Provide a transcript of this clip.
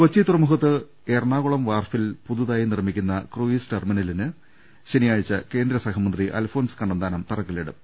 കൊച്ചി തുറമുഖത്ത് എറണാകുളം വാർഫിൽ പുതിയതായി നിർമ്മിക്കുന്ന ക്രൂയീസ് ടെർമിനലിന് ശനിയാഴ്ച കേന്ദ്രസഹ മന്ത്രി അൽഫോൺസ് കണ്ണന്താനം തറക്കല്ലിടും